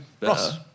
Ross